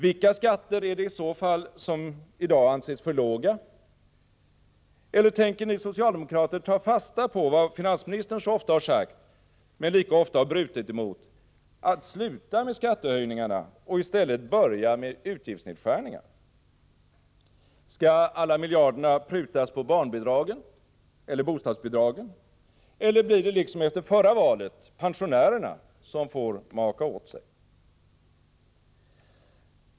Vilka skatter är det i så fall som i dag anses för låga? Eller tänker ni socialdemokrater ta fasta på vad finansministern så ofta har sagt, men lika ofta har brutit mot: att man skall sluta med skattehöjningarna och i stället börja med utgiftsnedskärningar? Skall alla miljarderna prutas på barnbidragen eller på bostadsbidragen? Eller blir det liksom efter förra valet pensionärerna som får maka åt sig?